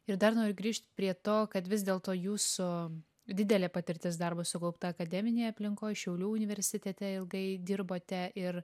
ir dar noriu grįžt prie to kad vis dėlto jūsų didelė patirtis darbo sukaupta akademinėj aplinkoj šiaulių universitete ilgai dirbote ir